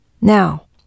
Now